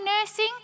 nursing